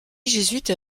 jésuites